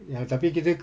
yang tapi kita ke~